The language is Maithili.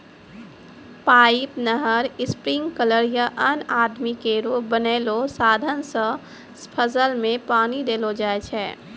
पाइप, नहर, स्प्रिंकलर या अन्य आदमी केरो बनैलो साधन सें फसल में पानी देलो जाय छै